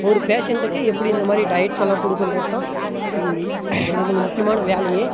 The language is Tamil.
ஒரு பேஷண்ட்டுக்கு எப்படி இந்த மாதிரி டயட்ஸெல்லாம் கொடுக்குன்றத்தான் எங்களது முக்கியமான வேலையே